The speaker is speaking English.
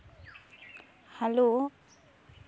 hello